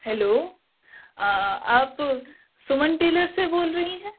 hello آپ Suman tailor سے بول رہی ہیں